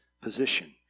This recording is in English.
position